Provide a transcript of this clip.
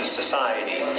society